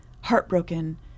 heartbroken